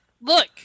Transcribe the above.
look